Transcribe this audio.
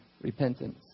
repentance